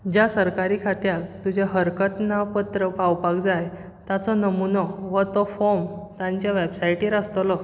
ज्या सरकारी खात्याक तुजें हरकत ना पत्र पावपाक जाय ताचो नमुनो वा तो फॉर्म तांच्या वॅबसायटीर आसतलो